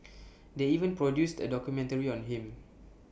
they even produced A documentary on him